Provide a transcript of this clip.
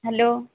hello